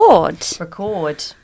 Record